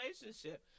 relationship